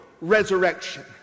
resurrection